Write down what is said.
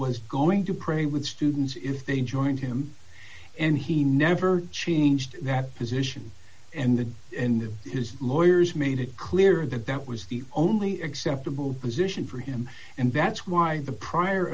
was going to pray with students if they joined him and he never changed that position and the end of his lawyers made it clear that that was the only acceptable position for him and that's why the prior